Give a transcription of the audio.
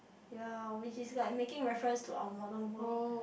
ye which is like making reference to our modern world